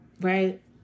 Right